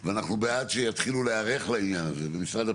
והוא לא משנה את הדין הקיים, שלגבי